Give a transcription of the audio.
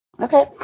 Okay